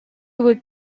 would